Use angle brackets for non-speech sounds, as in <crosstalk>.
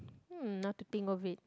<noise> not to think of it